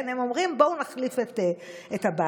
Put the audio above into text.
הם אומרים: בואו נחליף את עבאס.